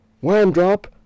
Wham-drop